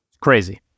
Crazy